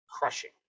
Crushing